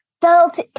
felt